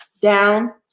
down